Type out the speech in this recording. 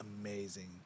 amazing